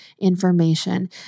information